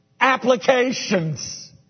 applications